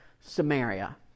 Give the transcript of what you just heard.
Samaria